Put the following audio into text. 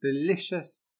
delicious